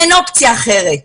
אין אופציה אחרת.